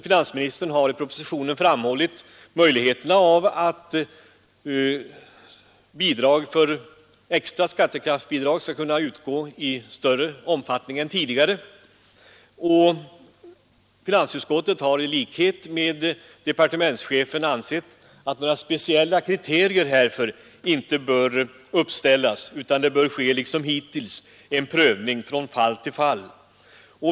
Finansministern har i propositionen framhållit att extra skattekraftsbidrag skall kunna utgå i större omfattning än tidigare. Finansutskottet har i likhet med departementschefen ansett att några speciella kriterier härför inte bör uppställas utan att det liksom hittills bör ske en prövning från fall till fall.